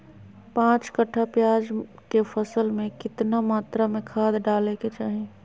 पांच कट्ठा प्याज के फसल में कितना मात्रा में खाद डाले के चाही?